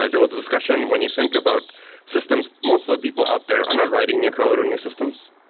ah there was a discussion when you think about systems, most of the people out there are not writing new code or new systems.